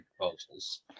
proposals